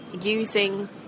using